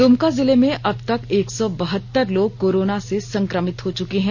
दुमका जिले में अब तक एक सौ बहत्तर लोग कोरोना से संक्रमित हो चुके हैं